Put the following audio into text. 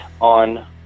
on